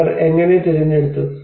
അവർ എങ്ങനെ തിരഞ്ഞെടുത്തു